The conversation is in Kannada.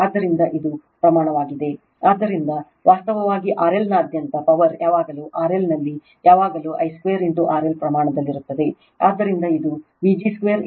ಆದ್ದರಿಂದ ಇದು ಪ್ರಮಾಣವಾಗಿದೆ ಆದ್ದರಿಂದ ವಾಸ್ತವವಾಗಿ RL ನಾದ್ಯಂತ ಪವರ್ ಯಾವಾಗಲೂ RL ನಲ್ಲಿ ಯಾವಾಗಲೂ I 2 RLಪ್ರಮಾಣದಲ್ಲಿರುತ್ತದೆ